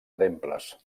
temples